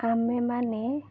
ଆମେମାନେ